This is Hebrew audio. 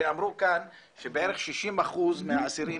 הרי אמרו כאן שבערך 60% מהאסירים,